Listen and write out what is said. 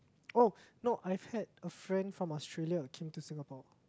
oh no I've had a friend from Australia came to Singapore